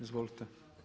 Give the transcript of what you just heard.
Izvolite.